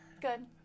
Good